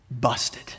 Busted